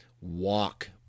walk